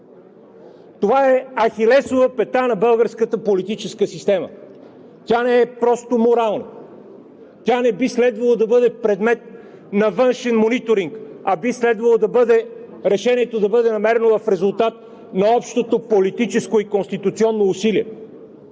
Това е ахилесовата пета на българската политическа система. Тя не е просто морална, тя не би следвало да бъде предмет на външен мониторинг, а би следвало решението да бъде намерено в резултат на общото политическо и конституционно усилие.